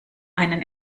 einen